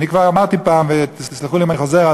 כבר אמרתי פעם, וסלחו לי אם אני חוזר,